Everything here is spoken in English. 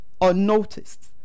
unnoticed